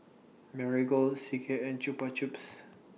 Marigold C K and Chupa Chups